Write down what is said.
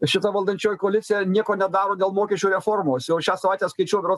šita valdančioji koalicija nieko nedaro dėl mokesčių reformos o šią savaitę skaičiau berods